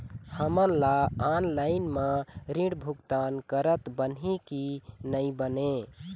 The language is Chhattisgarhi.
हमन ला ऑनलाइन म ऋण भुगतान करत बनही की नई बने?